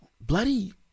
Bloody